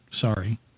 Sorry